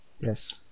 Yes